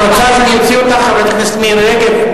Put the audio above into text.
את רוצה שאני אוציא אותך, חברת הכנסת מירי רגב?